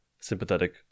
sympathetic